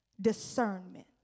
Discernment